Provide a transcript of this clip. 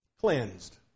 Cleansed